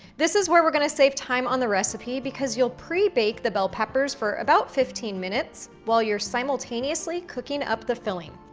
this is where we're gonna save time on the recipe, because you'll prebake the bell peppers for about fifteen minutes while you're simultaneously cooking up the filling.